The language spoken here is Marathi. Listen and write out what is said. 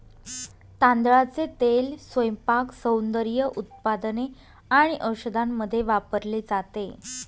तांदळाचे तेल स्वयंपाक, सौंदर्य उत्पादने आणि औषधांमध्ये वापरले जाते